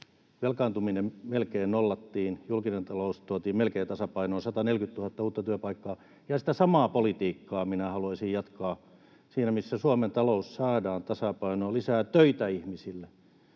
velkaantuminen melkein nollattiin, julkinen talous tuotiin melkein tasapainoon, 140 000 uutta työpaikkaa. Ja sitä samaa politiikkaa minä haluaisin jatkaa. Sen, että Suomen talous saadaan tasapainoon, lisää töitä ihmisille,